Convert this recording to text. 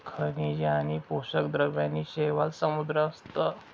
खनिजे आणि पोषक द्रव्यांनी शैवाल समृद्ध असतं